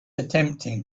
attempting